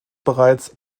bereits